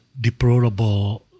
deplorable